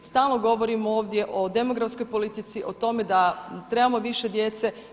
Stalno govorimo ovdje o demografskoj politici, o tome da trebamo više djece.